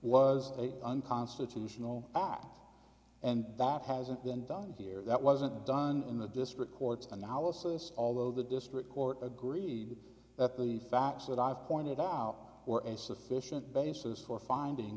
was unconstitutional and that hasn't been done here that wasn't done in the district courts analysis although the district court agreed that the facts that i've pointed out or a sufficient basis for finding